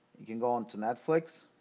you can go onto netflix.